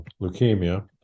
leukemia